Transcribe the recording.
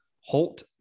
Holt